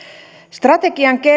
strategian